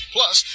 Plus